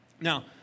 Now